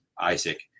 Isaac